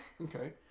Okay